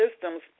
systems